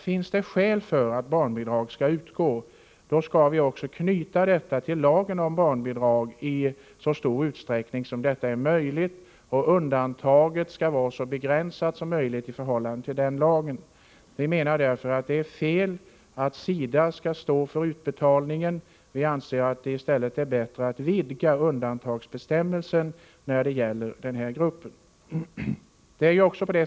Finns det skäl för att barnbidrag skall utgå, skall vi också i så stor utsträckning som möjligt knyta an till lagen om barnbidrag och göra undantagen från denna lag så begränsade som möjligt. Vi menar därför att det är fel att SIDA skall stå för utbetalningen. Vi anser att det i stället är bättre att vidga undantagsbestämmelsen när det gäller denna grupp.